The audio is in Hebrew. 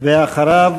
אחריו,